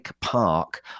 Park